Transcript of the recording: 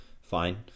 fine